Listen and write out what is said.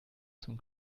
zum